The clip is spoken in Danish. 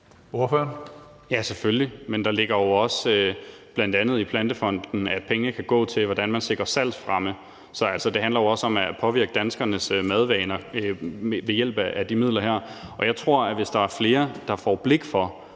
Ja, selvfølgelig, men der ligger jo bl.a. i plantefonden også det, at pengene kan gå til at sikre salgsfremme. Så det handler også om at påvirke danskernes madvaner ved hjælp af de midler her. Og jeg tror, at hvis der er flere, der får blik for,